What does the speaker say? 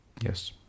Yes